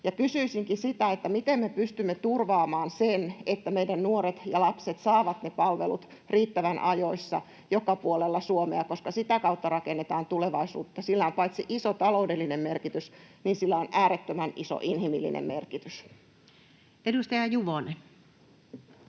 kysyisinkin sitä, miten me pystymme turvaamaan sen, että meidän nuoret ja lapset saavat ne palvelut riittävän ajoissa joka puolella Suomea, koska sitä kautta rakennetaan tulevaisuutta. Paitsi että sillä on iso taloudellinen merkitys, sillä on äärettömän iso inhimillinen merkitys. [Speech